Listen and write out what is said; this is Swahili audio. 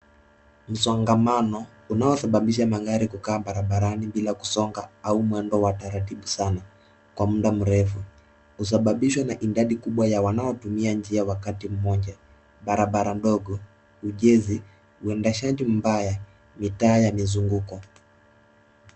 Msongamano unaosababisha magari kukaa barabarani bila kusonga au mwendo wa taratibu sana kwa muda mrefu. Husababishwa na idadi kubwa ya wanaotumia njia wakati mmoja, barabara ndogo, ujenzi, uendeshaji mbaya, mitaa ya mizunguko.